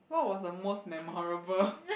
what was the most memorable